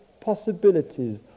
possibilities